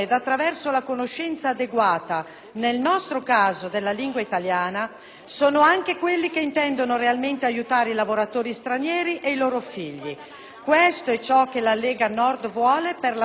nel nostro caso, della lingua italiana, sono anche quelli che intendono realmente aiutare i lavoratori stranieri ed i loro figli. Questo è ciò che Lega Nord vuole per la sua gente e per gli stranieri.